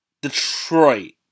Detroit